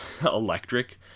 electric